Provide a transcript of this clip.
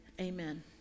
Amen